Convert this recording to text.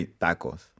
tacos